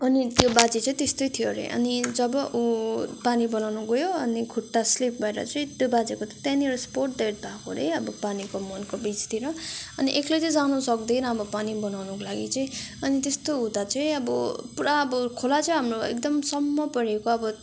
अनि त्यो बाजे चाहिँ त्यस्तै थियो अरे अनि जब ऊ पानी बनाउन गयो अनि खुट्टा स्लिप भएर चाहिँ त्यो बाजेको त त्यहीँनिर स्पोट डेड भएको अरे अनि पानीको मुहानको बिचतिर अनि एक्लै त जान सक्दैन अब पानी बनाउनको लागि चाहिँ अनि त्यस्तो हुँदा चाहिँ अब पुरा अब खोला चाहिँ हाम्रो एकदम सम्म परेको अब